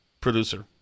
producer